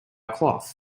cloth